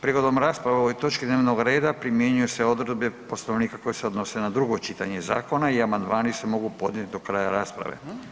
Prigodom rasprave o ovoj točki dnevnog reda primjenjuju se odredbe Poslovnika koje se odnose na drugo čitanje zakona i amandmani se mogu podnijeti do kraja rasprave.